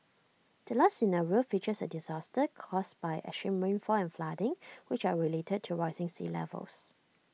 the last scenario features A disaster caused by extreme rainfall and flooding which are related to rising sea levels